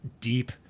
deep